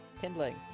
Kindling